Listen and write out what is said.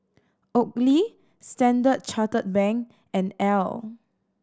Oakley Standard Chartered Bank and Elle